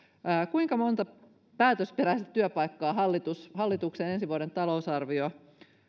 kuinka monta päätösperäistä työpaikkaa hallituksen ensi vuoden talousarvio